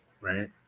right